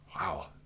Wow